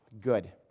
Good